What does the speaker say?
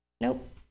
Nope